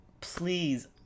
please